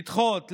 לדחות,